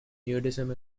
nudism